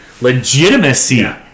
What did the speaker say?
legitimacy